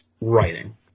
writing